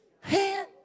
hand